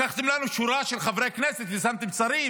לקחתם לנו שורה של חברי כנסת ושמתם שרים,